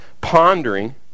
pondering